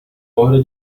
hora